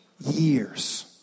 years